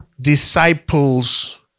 disciples